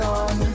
on